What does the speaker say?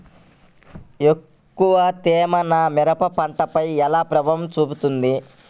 ఎక్కువ తేమ నా మిరప పంటపై ఎలా ప్రభావం చూపుతుంది?